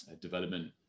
development